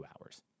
hours